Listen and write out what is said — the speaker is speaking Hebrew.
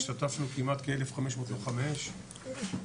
השתתפנו כמעט כ-1,500 לוחמי אש,